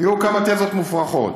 היו כמה תזות מופרכות: